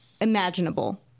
imaginable